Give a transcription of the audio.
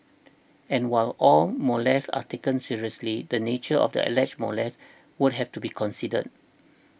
and while all molests are taken seriously the nature of the alleged molest would have to be considered